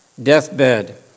Deathbed